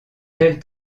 tels